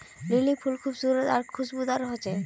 lily फुल खूबसूरत आर खुशबूदार होचे